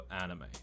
anime